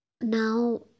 now